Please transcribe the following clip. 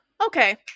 Okay